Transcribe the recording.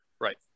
Right